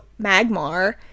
Magmar